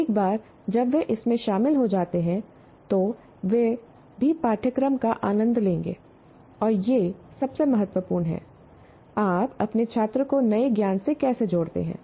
एक बार जब वे इसमें शामिल हो जाते हैं तो वे भी पाठ्यक्रम का आनंद लेंगे और यह सबसे महत्वपूर्ण है आप अपने छात्र को नए ज्ञान से कैसे जोड़ते हैं